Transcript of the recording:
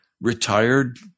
retired